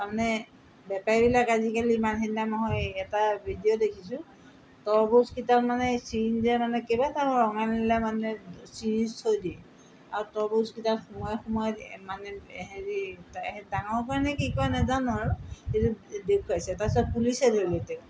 তাৰমানে বেপাৰীবিলাক আজিকালি ইমান সেইদিনা মই এটা ভিডিঅ' দেখিছোঁ তৰমুজকেইটা মানে চিৰিঞ্জে মানে কেইবাটাও ৰঙা নীলা মানে চিৰিঞ্জ থৈ দিয়ে আৰু তৰমুজকেইটাত সুমুৱাই সুমুৱাই মানে হেৰি ডাঙৰ কৰেনে কি কৰে নাজানো আৰু সেইটো দেখুৱাইছে তাৰপিছত পুলিচে ধৰিলে